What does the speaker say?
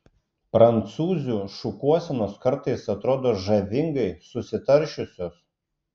prancūzių šukuosenos kartais atrodo žavingai susitaršiusios